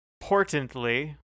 importantly